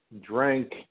drank